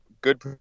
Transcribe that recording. good